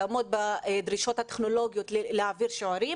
לעמוד בדרישות הטכנולוגיות להעביר שיעורים.